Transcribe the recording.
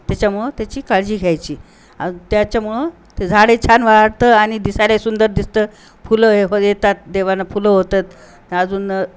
त्याच्यामुळं त्याची काळजी घ्यायची आणि त्याच्यामुळं ते झाडे छान वाढतं आणि दिसायला सुंदर दिसतं फुलं हे येतात देवानं फुलं होतात अजून